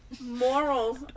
Morals